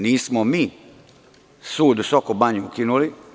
Nismo mi sud u Soko Banji ukinuli.